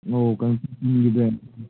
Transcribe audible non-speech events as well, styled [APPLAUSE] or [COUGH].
ꯑꯣ ꯀꯩꯅꯣ [UNINTELLIGIBLE]